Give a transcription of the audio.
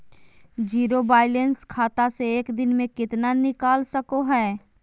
Zero balance खाता से एक दिन में कितना निकाल सको है?